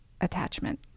attachment